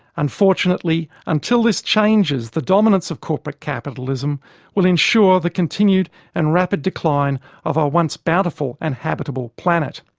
unfortunately, until this changes, the dominance of corporate capitalism will ensure the continued and rapid decline of our once-bountiful and habitable planet.